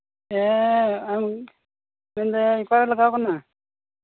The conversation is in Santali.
ᱦᱮᱸ ᱢᱮᱱᱫᱟᱹᱧ ᱚᱠᱟᱨᱮ ᱞᱟᱜᱟᱣ ᱠᱟᱱᱟ